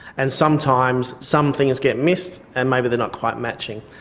and sometimes some things get missed and maybe they're not quite matching.